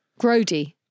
Grody